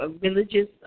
religious